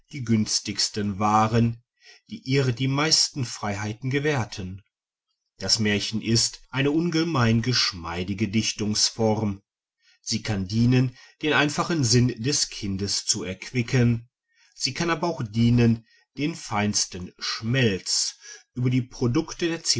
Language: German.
die günstigsten waren die ihr die meisten freiheiten gewährten das märchen ist eine ungemein geschmeidige dichtungsform sie kann dienen den einfachen sinn des kindes zu erquicken sie kann aber auch dienen den feinsten schmelz über die produkte